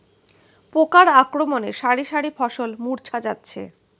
পোকার আক্রমণে শারি শারি ফসল মূর্ছা যাচ্ছে